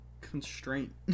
constraint